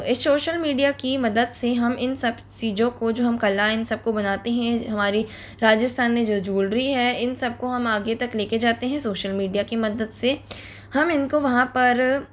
इस social media की मदद से हम इन सब चीज़ों को जो हम कला इन सबको बनाते हैं हमारी राजस्थान में जो ज्वलरी है इन सबको हम आगे तक लेके जाते हैं सोशल मीडिया की मदद से हम इनको वहाँ पर